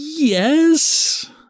Yes